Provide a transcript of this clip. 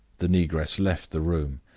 the negress left the room,